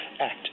Act